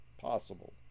possible